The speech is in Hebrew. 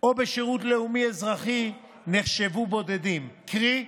או בשירות לאומי אזרחי נחשבו בודדים, קרי,